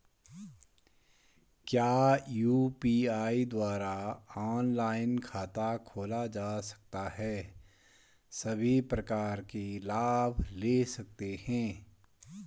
क्या यु.पी.आई द्वारा ऑनलाइन खाता खोला जा सकता है सभी प्रकार के लाभ ले सकते हैं?